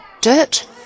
dirt